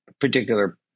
particular